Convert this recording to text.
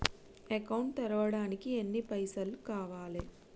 Account తెరవడానికి ఎన్ని పైసల్ కావాలే?